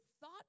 thought